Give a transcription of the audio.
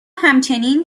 همچنین